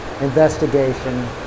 investigation